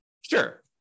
Sure